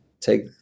take